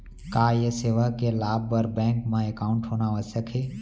का ये सेवा के लाभ बर बैंक मा एकाउंट होना आवश्यक हे